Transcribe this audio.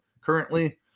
Currently